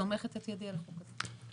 סומכת את ידי על החוק הזה.